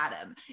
adam